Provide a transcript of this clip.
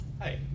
Hi